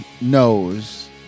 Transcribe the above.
knows